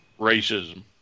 racism